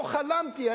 לא חלמתי,